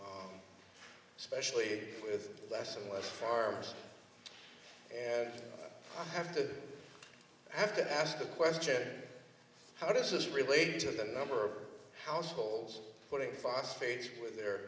especially with less and less farmers and i have to have to ask the question how does this relate to the number of households putting phosphate with their